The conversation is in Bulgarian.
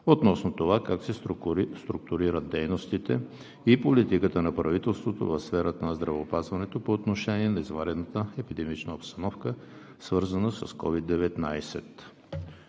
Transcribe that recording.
относно структурирането на дейностите и политиката на правителството в сферата на здравеопазването по отношение на извънредната епидемична обстановка, свързана с